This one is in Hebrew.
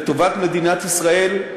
לטובת מדינת ישראל,